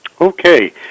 Okay